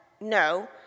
No